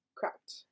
Correct